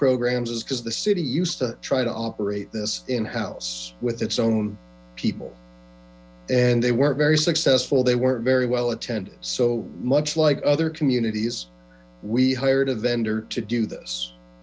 programs is because the city used to try to operate this in house with its own people and they weren't very successful they weren't very well attended so much like other communities we hired a vendor to do this